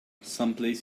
someplace